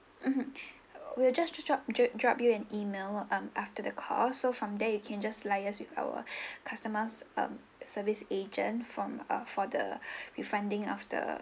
mmhmm we'll just to drop drop you an email um after the call so from there you can just liaise with our customer um service agent from ah for the refunding of the